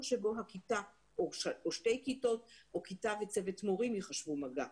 שבו הכיתה או שתי כיתות או כיתה וצוות מורים יחשבו מגע.